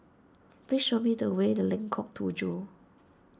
please show me the way Lengkong Tujuh